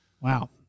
Wow